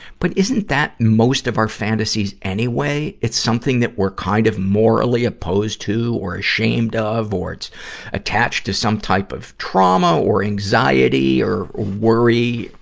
but isn't that most of our fantasies anyway? it's something that we're kind of morally opposed to, or ashamed ah of, or it's attached to some type of trauma or anxiety or worry,